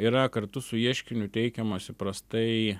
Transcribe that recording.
yra kartu su ieškiniu teikiamas įprastai